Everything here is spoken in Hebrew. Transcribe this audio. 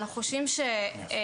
אנחנו חושבים שילדים